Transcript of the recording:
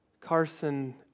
Carson